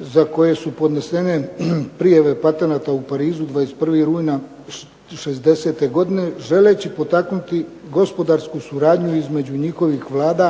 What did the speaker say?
za koje su podnesene prijave patenata u Parizu 21. rujna '60. godine želeći potaknuti gospodarsku suradnju između njihovih Vlada